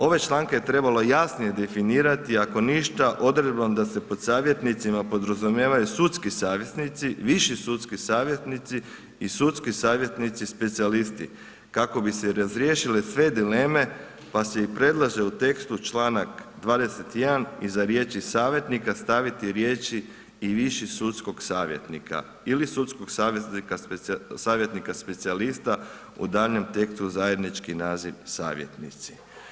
Ove članke trebalo je jasnije definirati, ako ništa, odredbom da se pod savjetnicima podrazumijevaju sudski savjetnici, viši sudski savjetnici i sudski savjetnici-specijalisti, kako bi se razriješile sve dileme pa se i predlaže u tekstu, čl. 21 iza riječi savjetnika, staviti riječi i viši sudskog savjetnika ili sudskog savjetnika-specijalista u daljnjem tekstu zajednički naziv savjetnici.